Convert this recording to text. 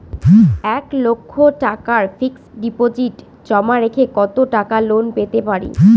এক লক্ষ টাকার ফিক্সড ডিপোজিট জমা রেখে কত টাকা লোন পেতে পারি?